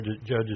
Judges